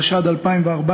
התשע"ד 2014,